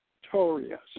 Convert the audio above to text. victorious